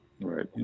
Right